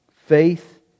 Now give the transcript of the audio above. Faith